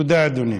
תודה, אדוני.